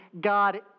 God